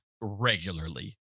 regularly